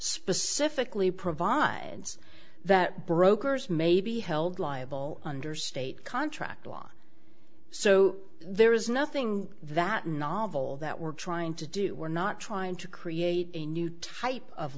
specifically provides that brokers may be held liable under state contract law so there is nothing that novel that we're trying to do we're not trying to create a new type of